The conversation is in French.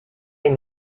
est